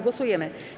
Głosujemy.